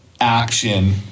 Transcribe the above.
action